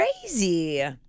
crazy